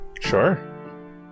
Sure